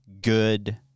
good